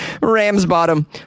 Ramsbottom